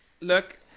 Look